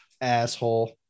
asshole